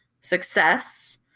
success